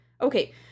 Okay